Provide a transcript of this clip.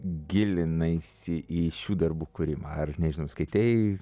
gilinaisi į šių darbų kūrimą ar nežinau skaitei